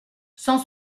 cent